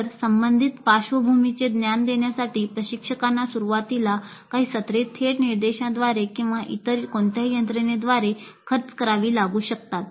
तर संबंधित पार्श्वभूमीचे ज्ञान देण्यासाठी प्रशिक्षकांना सुरुवातीला काही सत्रे थेट निर्देशांद्वारे किंवा इतर कोणत्याही यंत्रणेद्वारे खर्च करावी लागू शकतात